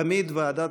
תמיד הוועדה